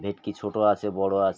ভেটকি ছোট আছে বড় আছে